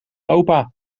opa